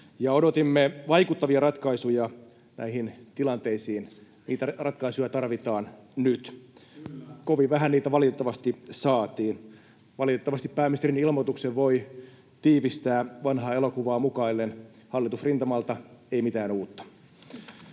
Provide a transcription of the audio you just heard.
Odotimme vaikuttavia ratkaisuja näihin tilanteisiin. Niitä ratkaisuja tarvitaan nyt. Kovin vähän niitä valitettavasti saatiin. Valitettavasti pääministerin ilmoituksen voi tiivistää vanhaa elokuvaa mukaillen: hallitusrintamalta ei mitään uutta.